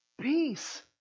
Peace